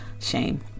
Shame